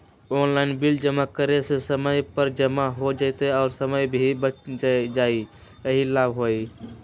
Online bill जमा करे से समय पर जमा हो जतई और समय भी बच जाहई यही लाभ होहई?